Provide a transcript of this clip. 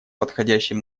подходящим